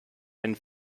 einen